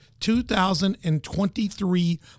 2023